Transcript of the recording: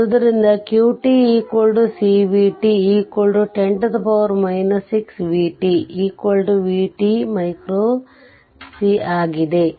ಆದ್ದರಿಂದ q c v 10 6 v v c ಆಗಿದೆ